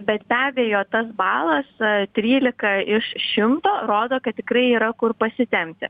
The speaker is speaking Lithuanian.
betbe abejo tas balas trylika iš šimto rodo kad tikrai yra kur pasitempti